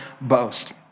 boast